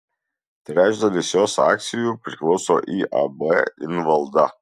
trečdalis jos akcijų priklauso iab invalda